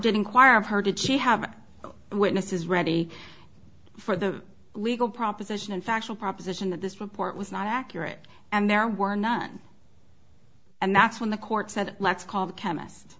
did inquire of her did she have witnesses ready for the legal proposition and factual proposition that this report was not accurate and there were none and that's when the court said let's call the chemist